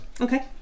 okay